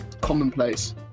commonplace